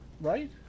Right